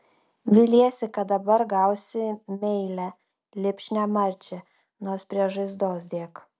viliesi kad dabar gausi meilią lipšnią marčią nors prie žaizdos dėk